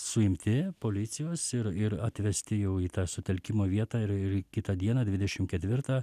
suimti policijos ir ir atvesti jau į tą sutelkimo vietą ir kitą dieną dvidešim ketvirtą